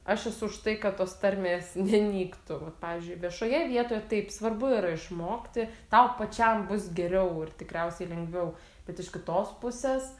aš esu už tai kad tos tarmės nenyktų vat pavyzdžiui viešoje vietoje taip svarbu yra išmokti tau pačiam bus geriau ir tikriausiai lengviau bet iš kitos pusės